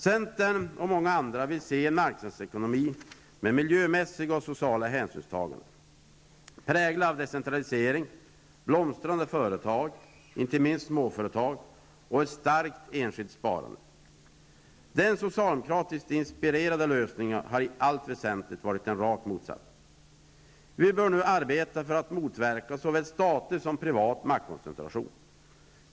Centern, och många andra, vill se en marknadsekonomi med miljömässiga och sociala hänsynstaganden, präglad av decentralisering, blomstrande företag -- inte minst småföretag -- och ett starkt enskilt sparande. Den socialdemokratiskt inspirerade lösningen har i allt väsentligt varit den rakt motsatta. Vi bör arbeta för att motverka såväl statlig som privat maktkoncentration.